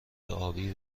ابی